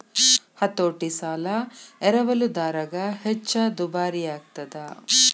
ಹತೋಟಿ ಸಾಲ ಎರವಲುದಾರಗ ಹೆಚ್ಚ ದುಬಾರಿಯಾಗ್ತದ